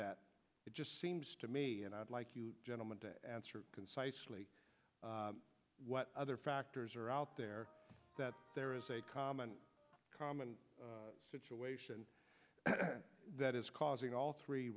that it just seems to me and i'd like you gentlemen to answer concisely what other factors are out there that there is a common common situation that is causing all three